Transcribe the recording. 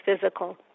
physical